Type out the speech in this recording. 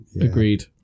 Agreed